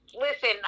Listen